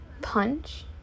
punch